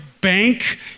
bank